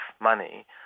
money